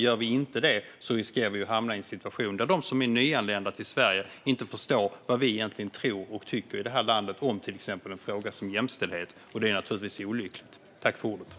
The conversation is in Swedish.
Gör vi inte det riskerar vi att hamna i en situation där de som är nyanlända i Sverige inte förstår vad vi egentligen tror och tycker i det här landet om bland annat en sådan fråga som jämställdhet, och det är naturligtvis olyckligt.